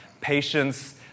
patience